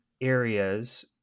areas